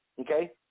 Okay